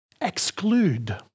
exclude